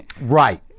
Right